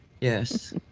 Yes